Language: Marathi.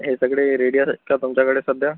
हे सगळे रेडी आहेत का तुमच्याकडे सध्या